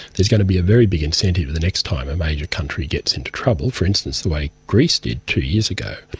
there's going to be a very big incentive the next time a major country gets into trouble, for instance the way greece did two years ago,